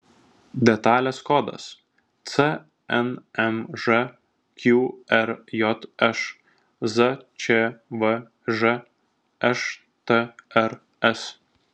detalės kodas cnmž qrjš zčvž štrs